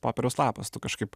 popieriaus lapas tu kažkaip